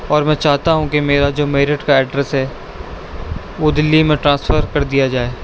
اور میں چاہتا ہوں کہ میرا جو میرٹھ کا ایڈریس ہے وہ دلی میں ٹرانسفر کر دیا جائے